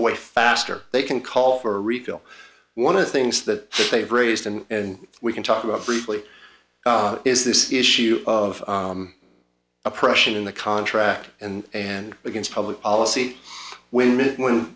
away faster they can call for a refill one of the things that they've raised and we can talk about briefly is this issue of oppression in the contract and and against public policy when